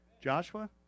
Joshua